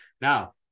Now